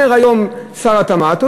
אומר היום שר התמ"ת,